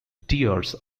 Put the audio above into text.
tears